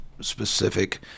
specific